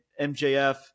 MJF